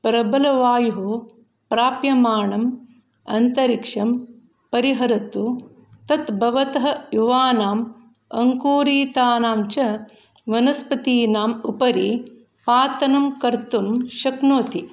प्रबलवायुः प्राप्यमाणम् अन्तरिक्षं परिहरतु तत् भवतः युवानाम् अङ्कुरितानां च वनस्पतीनाम् उपरि पातनं कर्तुं शक्नोति